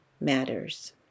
matters